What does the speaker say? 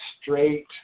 straight